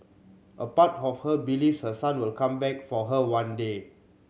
a part of her believes her son will come back for her one day